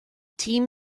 team